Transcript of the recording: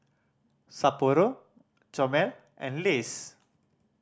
Sapporo Chomel and Lays